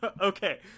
Okay